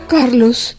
Carlos